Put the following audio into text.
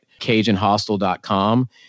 Cajunhostel.com